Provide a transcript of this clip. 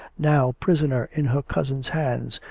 now prisoner in her cousin's hands,